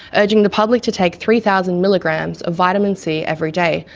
urging the public to take three thousand milligrams of vitamin c every day,